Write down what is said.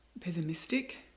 pessimistic